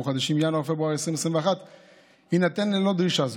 חודשים ינואר ופברואר 2021 יינתן ללא דרישה זו,